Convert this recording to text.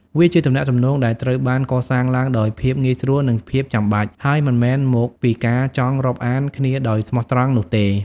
វាជាទំនាក់ទំនងដែលត្រូវបានកសាងឡើងដោយភាពងាយស្រួលនិងភាពចាំបាច់ ហើយមិនមែនមកពីការចង់រាប់អានគ្នាដោយស្មោះត្រង់នោះទេ។